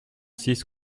six